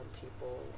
people